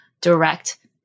direct